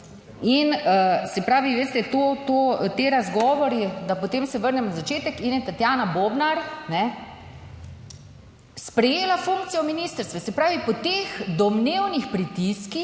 in se pravi, veste, ti razgovori, da potem se vrnem na začetek in je Tatjana Bobnar, sprejela funkcijo ministrstva, se pravi, po teh domnevnih pritiskih,